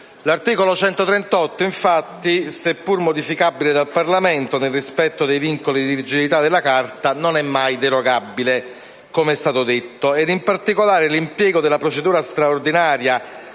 articolo, infatti, seppur modificabile dal Parlamento nel rispetto dei vincoli di rigidità della Carta, non è mai derogabile, com'è stato detto. Inoltre, l'impiego della procedura straordinaria